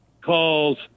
calls